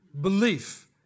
belief